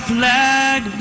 flag